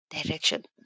direction